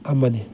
ꯑꯃꯅꯤ